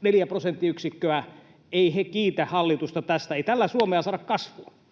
neljä prosenttiyksikköä. Eivät he kiitä hallitusta tästä. Ei tällä